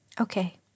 okay